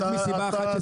רק מסיבה אחת,